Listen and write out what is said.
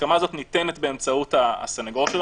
ההסכמה הזאת ניתנת באמצעות הסנגור שלו.